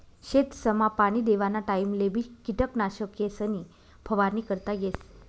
शेतसमा पाणी देवाना टाइमलेबी किटकनाशकेसनी फवारणी करता येस